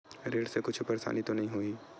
ऋण से कुछु परेशानी तो नहीं होही?